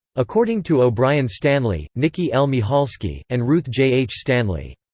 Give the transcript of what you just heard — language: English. according to o'brien stanley, nicki l. michalski, and ruth j. h. stanley.